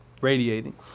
radiating